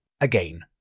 Again